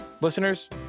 listeners